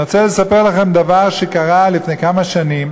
אני רוצה לספר לכם דבר שקרה לפני כמה שנים,